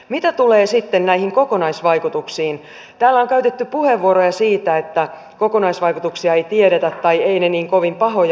mitä tulee sitten näihin kokonaisvaikutuksiin täällä on käytetty puheenvuoroja siitä että kokonaisvaikutuksia ei tiedetä tai eivät ne niin kovin pahoja ole